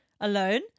alone